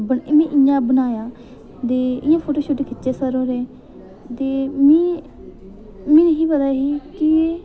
बस में इ'यां गै बनाया ते इ'यै फोटो शोटो खिच्चे सर होरें ते मी मी नेईं पता हा कि